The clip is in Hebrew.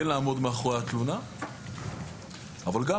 כן לעמוד מאחורי התלונה,